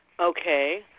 Okay